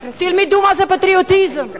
תלמדו מה זה פטריוטיזם.